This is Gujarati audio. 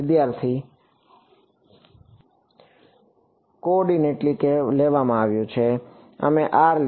વિદ્યાર્થી કોઓર્ડિનેટલી લેવામાં આવ્યું અમે આર લીધો